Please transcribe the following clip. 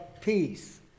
peace